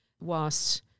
whilst